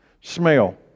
Smell